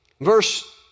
Verse